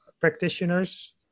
practitioners